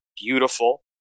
beautiful